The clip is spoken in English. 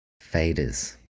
faders